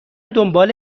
دنبال